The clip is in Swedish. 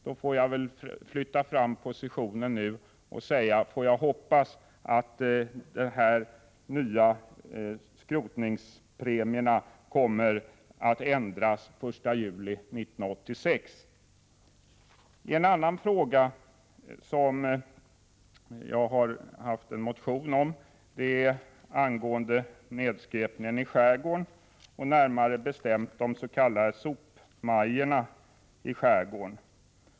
Nu får jag väl flytta fram positionen och säga: Kan jag hoppas att skrotningspremierna kommer att ändras den 1 juli 1986? En annan fråga som jag har motionerat om är nedskräpningen i skärgården, närmare bestämt om de s.k. sopmajorna.